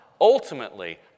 ultimately